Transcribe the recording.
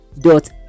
Dot